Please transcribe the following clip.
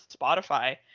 Spotify